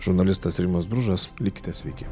žurnalistas rimas bružas likite sveiki